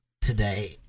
today